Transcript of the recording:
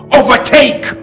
overtake